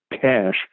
cash